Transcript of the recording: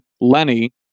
Lenny